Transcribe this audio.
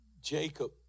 Jacob